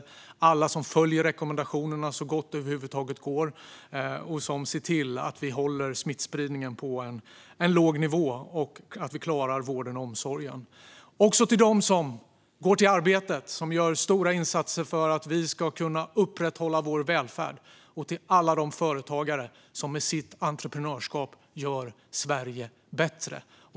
Det är alla som följer rekommendationerna så gott det över huvud taget går och som ser till att vi håller smittspridningen på en låg nivå och att vi klarar vården och omsorgen. Jag vill rikta ett tack till dem som går till arbetet och som gör stora insatser för att vi ska kunna upprätthålla vår välfärd och till alla de företagare som med sitt entreprenörskap gör Sverige bättre.